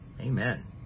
amen